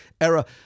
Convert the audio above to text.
era